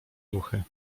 ruchy